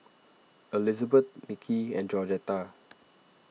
Elizabeth Nicky and Georgetta